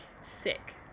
Sick